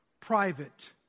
private